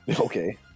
Okay